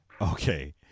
Okay